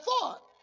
thought